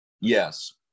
Yes